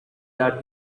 that